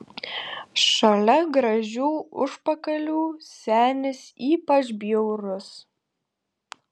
šalia gražių užpakalių senis ypač bjaurus